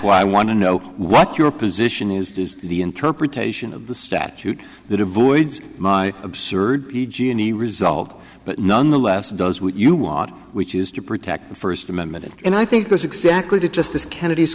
why i want to know what your position is does the interpretation of the statute that avoids my absurd p g and e result but nonetheless does what you want which is to protect the first amendment and i think that's exactly the justice kennedy